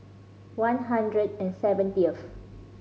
one hundred and seventieth